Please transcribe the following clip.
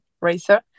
racer